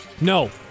No